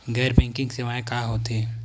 गैर बैंकिंग सेवाएं का होथे?